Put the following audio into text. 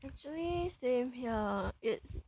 actually same here it's